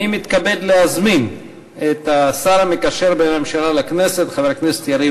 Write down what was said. אני מתכבד להזמין את השר המקשר בין הממשלה לכנסת חבר הכנסת יריב